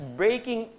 breaking